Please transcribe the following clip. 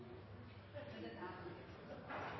president,